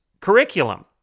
curriculum